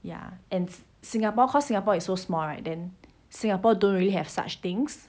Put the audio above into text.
ya and singapore cause singapore is so small right then singapore don't really have such things